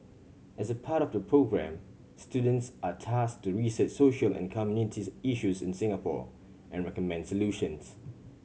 as a part of the programme students are tasked to research social and community issues in Singapore and recommend solutions